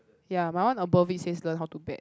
ya my one above it says learn how to bet